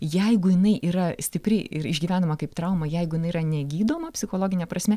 jeigu jinai yra stipri ir išgyvenama kaip trauma jeigu jinai yra negydoma psichologine prasme